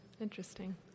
interesting